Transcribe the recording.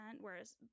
whereas